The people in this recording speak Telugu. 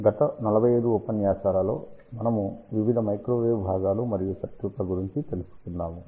గత 45 ఉపన్యాసాలలో మేము వివిధ మైక్రోవేవ్ భాగాలు మరియు సర్క్యూట్ల గురించి తెలుసుకున్నాము